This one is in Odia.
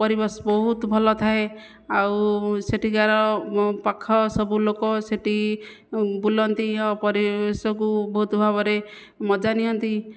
ପରିବେଶ ବହୁତ ଭଲ ଥାଏ ଆଉ ସେଠିକାର ପାଖ ସବୁ ଲୋକ ସେଠି ବୁଲନ୍ତି ଆଉ ପରିବେଶକୁ ବହୁତ ଭାବରେ ମଜା ନିଅନ୍ତି